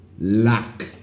luck